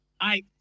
I-